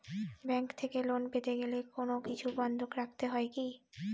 Bank থেকে loan পেতে গেলে কোনো কিছু বন্ধক রাখতে হয় কি?